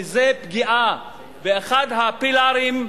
וזו פגיעה באחד ה"פילארים"